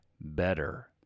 better